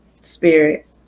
spirit